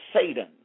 Satan